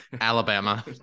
alabama